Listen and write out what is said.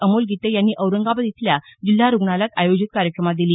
अमोल गिते यांनी औरंगाबाद इथल्या जिल्हा रुग्णालयात आयोजित कार्यक्रमात दिली